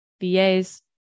VAs